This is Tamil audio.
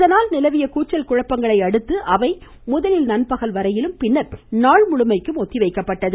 இதனால் நிலவிய கூச்சல் குழப்பங்களையடுத்து அவை முதலில் நண்பகல் வரையிலும் பின்னர் நாள் முழுமைக்கும் ஒத்திவைக்கப்பட்டது